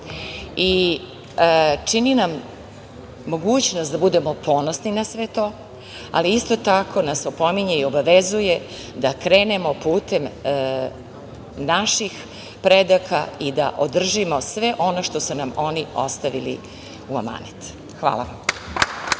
i čini nam mogućnost da budemo ponosni na sve to, ali isto tako nas obavezuje da krenemo putem naših predaka i da održimo sve ono što su nam oni ostavili u amanet. Hvala vam.